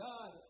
God